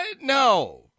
No